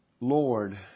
Lord